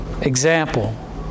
example